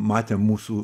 matė mūsų